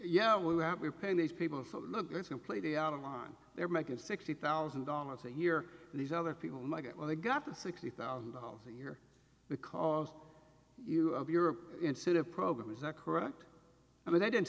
yeah we were out we're paying these people look it's completely out of line they're making sixty thousand dollars a year and these other people might get what they got the sixty thousand dollars a year because you of your instead of program was not correct and they didn't